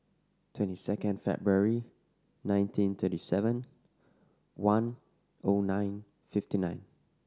twenty second February nineteen thirty seven one O nine fifty nine